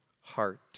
heart